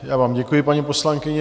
Já vám děkuji, paní poslankyně.